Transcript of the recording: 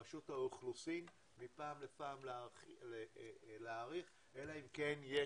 רשות האוכלוסין, מפעם לפעם להאריך, אלא אם כן יש